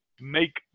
make